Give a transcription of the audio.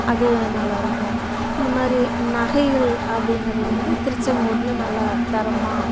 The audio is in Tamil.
அது நல்லா இருக்கும் இந்த மாதிரி நகைகள் அப்படிங்கறது வந்து திருச்செங்கோடில் நல்லா தரமாக